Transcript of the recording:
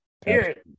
Period